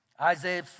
Isaiah